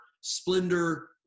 splendor